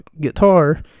guitar